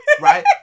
Right